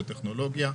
בטכנולוגיה,